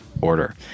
order